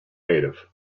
native